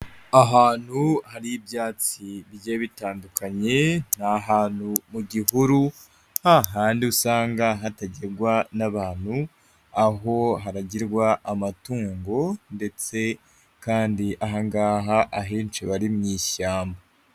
Ahantu hari ibyatsi bi bigiye bitandukanye, ni ahantu mu gihuru hahandi usanga hatagegwa n'abantu, aho haragirwa amatungo ndetse kandi aha ngaha ahenshi haba ari mu ishyamba.